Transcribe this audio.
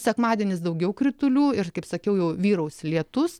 sekmadienis daugiau kritulių ir kaip sakiau jau vyraus lietus